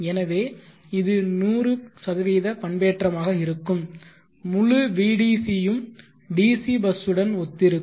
எனவே இது 100 பண்பேற்றமாக இருக்கும் முழு Vdc யும் DC பஸ்ஸுடன் ஒத்திருக்கும்